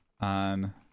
on